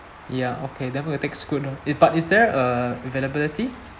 ya okay then we'll take Scoot loh eh but is there uh availability